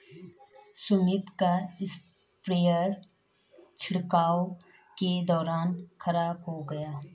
सुमित का स्प्रेयर छिड़काव के दौरान खराब हो गया